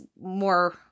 more